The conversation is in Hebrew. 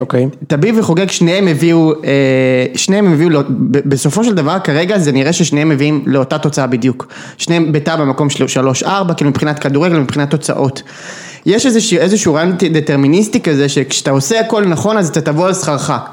אוקיי. טביב וחוגג, שניהם הביאו, שניהם הביאו, בסופו של דבר כרגע זה נראה ששניהם מביאים לאותה תוצאה בדיוק. שניהם בעיטה במקום שלוש, שלוש, ארבע, כאילו מבחינת כדורגל ומבחינת תוצאות. יש איזשהו רעיון דטרמיניסטי כזה שכשאתה עושה הכל נכון אז אתה תבוא על שכרך.